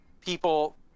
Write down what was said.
people